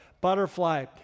butterfly